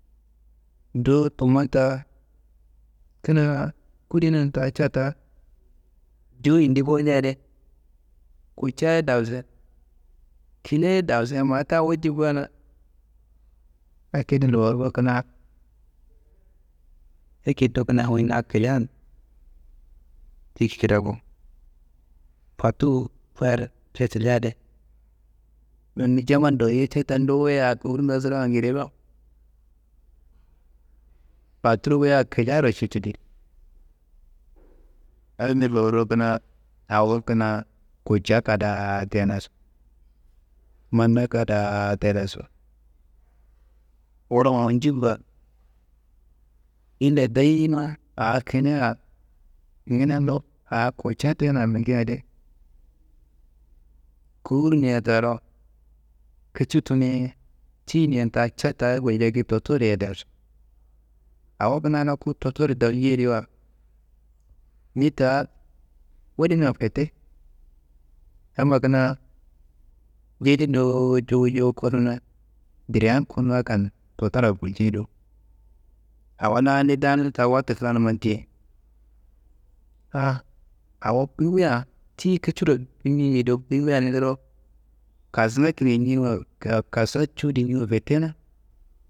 Duwu tumma ta kina kudenan ta ca ta, jowo yindi bowo ňadi, kutca ye dawuse, kile ye dawuse ma ta walci ba na. Akedi loro kina, ekedo kina wuyi na kilian biki kidako, fottur fayar cetilia adi nondi jamma ndoyoia ca ta nduwuye a kowurunga surawuwa ngedewa fottur wuyia kiliaro cetili. Adim loro kina awo kina kutca kadaa tenaso, manda kadaa tenaso, wuro monjin ba, ille deyima a kilia kinedo, a kutca tena bikia adi kowurunia taro kitci tunuye tiyinia ta ca ta ngulcaki ndottori dawusu. Awo kina loku ndottori dawuci yediwa, ni ta wunimia fette yamma kina jedi dowo jowu jowu koduna ndireya kodu angan ndottorraro gulcei dowo, awo la ni danun ta watu klanumman diye a awo bimia ti kiciro bimi gedo bimia niro kasuye kire njiniwa, kasa cuwudu niwa fette na.